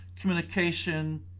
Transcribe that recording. communication